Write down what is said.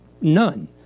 none